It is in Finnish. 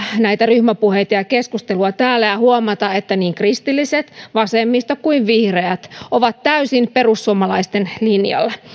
näitä ryhmäpuheita ja ja keskustelua ja huomata että niin kristilliset vasemmisto kuin vihreät ovat täysin perussuomalaisten linjalla